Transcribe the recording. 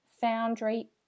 foundry